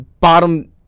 bottom